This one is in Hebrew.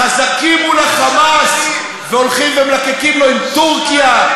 חזקים מול ה"חמאס" והולכים ומלקקים לו עם טורקיה.